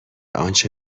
آنچه